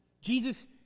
Jesus